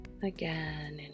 Again